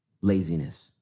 laziness